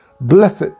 Blessed